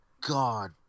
God